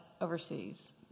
overseas